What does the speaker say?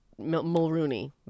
Mulrooney